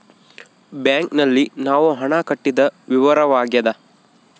bank ನಲ್ಲಿ ನಾವು ಹಣ ಕಟ್ಟಿದ ವಿವರವಾಗ್ಯಾದ